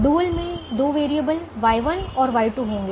dual में दो variable Y1 और Y2 होंगे